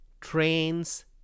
trains